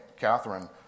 Catherine